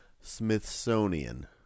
Smithsonian